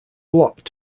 blocked